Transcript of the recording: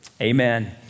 Amen